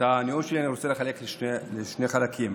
אני רוצה לחלק את הנאום שלי לשני חלקים.